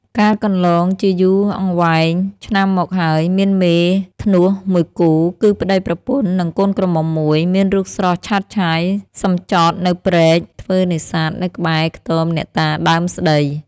កាលកន្លងជាយូរអង្វែងឆ្នាំមកហើយ មានមេធ្នស់មួយគូ គឺប្ដីប្រពន្ធ និងកូនក្រមុំមួយ មានរូបស្រស់ឆើតឆាយ សំចតនៅព្រែក ធ្វើនេសាទនៅក្បែរខ្ទមអ្នកតាដើមស្តី ។